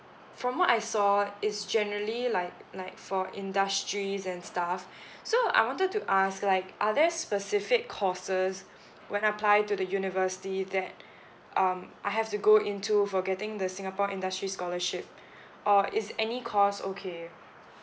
from what I saw it's generally like like for industries and stuff so I wanted to ask like are there specific courses when I apply to the university that um I have to go into for getting the singapore industry scholarship or is any course okay